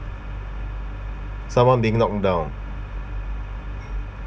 someone being knock down